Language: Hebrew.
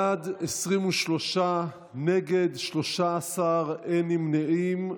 בעד, 23, נגד, 13, אין נמנעים.